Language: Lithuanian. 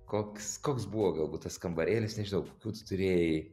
koks koks buvo galbūt tas kambarėlis nežinau kokių tu turėjai